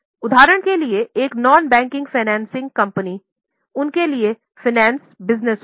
उदाहरण के लिए एक नॉन बैंकिंग फाइनेंस कंपनी उनके लिए फाइनेंस बिज़नेस होता है